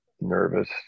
nervous